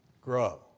grow